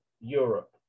Europe